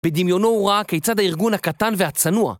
בדמיונו הוא ראה כיצד הארגון הקטן והצנוע.